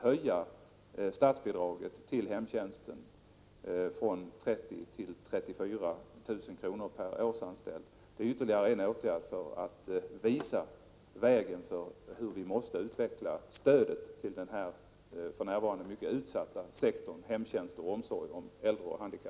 1987/88:33 till hemtjänsten kommer att höjas från 30 000 till 34 000 kr. per årsanställd. 27 november 1987 Det är ytterligare en åtgärd för att visa hur vi måste utveckla stödet till denna